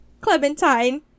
Clementine